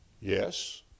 Yes